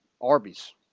Arby's